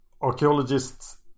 archaeologists